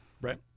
Right